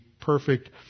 perfect